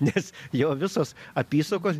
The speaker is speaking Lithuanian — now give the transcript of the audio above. nes jo visos apysakos